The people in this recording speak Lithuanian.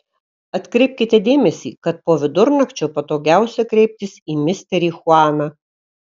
atkreipkite dėmesį kad po vidurnakčio patogiausia kreiptis į misterį chuaną